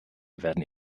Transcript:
werden